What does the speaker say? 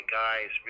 guys